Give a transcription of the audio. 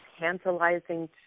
tantalizing